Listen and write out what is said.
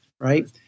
right